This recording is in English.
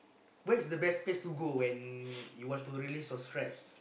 where's the place to go when you want to release your stress